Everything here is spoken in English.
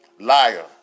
Liar